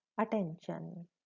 attention